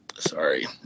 Sorry